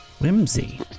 whimsy